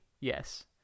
yes